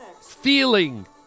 feeling